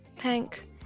thank